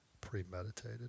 premeditated